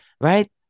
right